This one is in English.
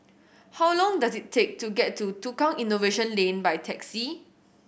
how long does it take to get to Tukang Innovation Lane by taxi